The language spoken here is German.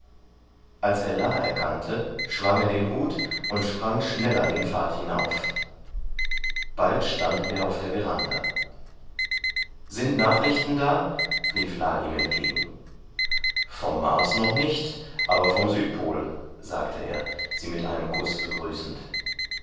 als er la erkannte schwang er den hut und sprang schneller den pfad hinauf bald stand er auf der veranda sind nachrichten da rief la ihm entgegen vom mars noch nicht aber vom südpol sagte er sie mit einem kuß begrüßend